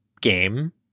game